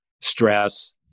stress